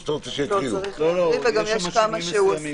זה חוק דיקטטורי במהותו.